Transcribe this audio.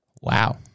Wow